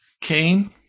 Cain